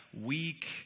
weak